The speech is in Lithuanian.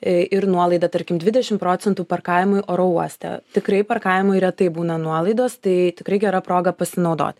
ir nuolaidą tarkim dvidešim procentų parkavimui oro uoste tikrai parkavimui retai būna nuolaidos tai tikrai gera proga pasinaudoti